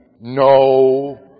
no